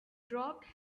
dropped